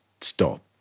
stop